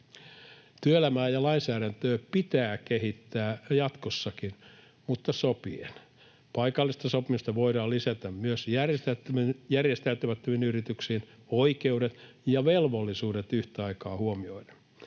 Työelämää ja lainsäädäntöä pitää kehittää jatkossakin, mutta sopien. Paikallista sopimista voidaan lisätä myös järjestäytymättömiin yrityksiin oikeudet ja velvollisuudet yhtä aikaa huomioiden.